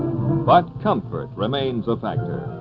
but comfort remains a factor,